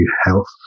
health